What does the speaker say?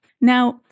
Now